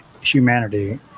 humanity